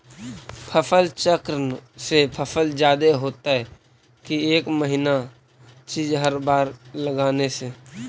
फसल चक्रन से फसल जादे होतै कि एक महिना चिज़ हर बार लगाने से?